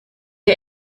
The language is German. ihr